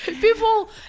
People